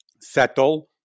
settle